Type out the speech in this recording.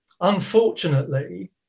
Unfortunately